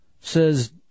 says